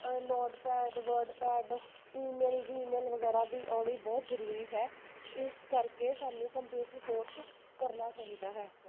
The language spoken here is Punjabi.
note pad WordPad email Gmail ਵਗੈਰਾ ਵੀ ਆਉਣੀ ਬਹੁਤ ਜਰੂਰੀ ਹੈ ਇਸ ਕਰਕੇ ਸਾਨੂੰ ਕੰਪਿਊਟਰ ਕੋਰਸ ਕਰਨਾ ਚਾਹੀਦਾ ਹੈ